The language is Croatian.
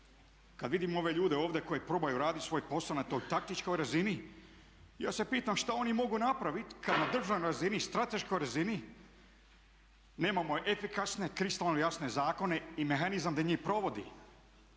kad vidim ove ljude ovdje koji probaju raditi svoj posao na toj taktičkoj razini ja se pitam šta oni mogu napraviti kad na državnoj razini, strateškoj razini nemamo efikasne, kristalno jasne zakone i mehanizam da njih provodi.